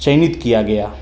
चयनित किया गया